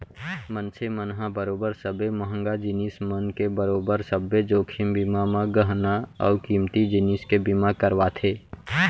मनसे मन ह बरोबर सबे महंगा जिनिस मन के बरोबर सब्बे जोखिम बीमा म गहना अउ कीमती जिनिस के बीमा करवाथे